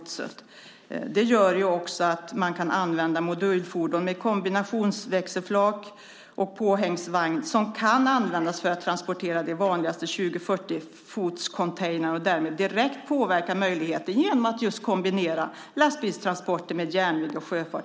Det gör att man kan använda modulfordon med kombinationsväxelflak och påhängsvagn som kan användas för att transportera de vanligaste 20 och 40-fotscontainrarna och därmed direkt påverka möjligheten att kombinera lastbilstransporter med järnväg och sjöfart.